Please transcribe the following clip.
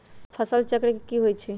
फसल चक्र की होई छै?